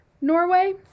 Norway